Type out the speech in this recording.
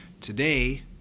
Today